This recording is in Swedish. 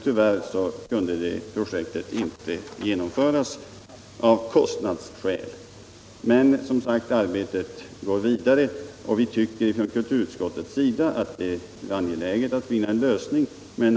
Tyvärr kunde det projektet av kostnadsskäl inte genomföras. Men arbetet går som sagt vidare, och vi tycker i kulturutskottet att det är angeläget att finna en lösning.